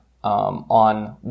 On